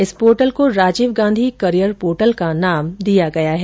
इस पोर्टल को Rajiv Gandhi career portal का नाम दिया गया है